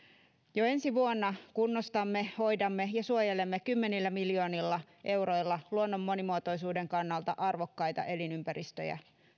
jo ensi vuonna kunnostamme hoidamme ja suojelemme kymmenillä miljoonilla euroilla luonnon monimuotoisuuden kannalta arvokkaita elinympäristöjä